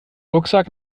rucksack